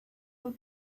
will